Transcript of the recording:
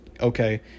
okay